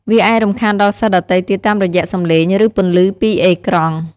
វាអាចរំខានដល់សិស្សដទៃទៀតតាមរយៈសំឡេង ឬពន្លឺពីអេក្រង់។